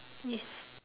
yes